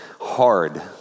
hard